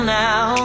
now